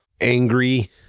angry